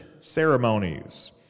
ceremonies